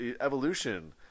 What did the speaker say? Evolution